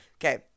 okay